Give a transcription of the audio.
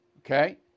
okay